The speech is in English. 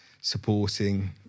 supporting